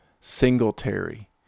Singletary